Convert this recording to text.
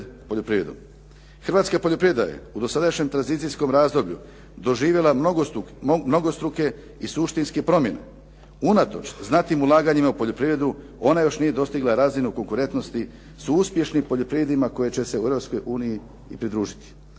Hrvatska poljoprivreda je u dosadašnjem tranzicijskom razdoblju doživjela mnogostruke i suštinske promjene. Unatoč znatnim ulaganjima u poljoprivredu, ona još nije dostigla razinu konkurentnosti s uspješnim poljoprivredama koje će se u Europskoj uniji